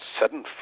sudden